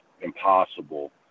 impossible